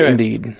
Indeed